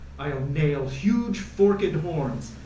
i'll nail huge forked horns,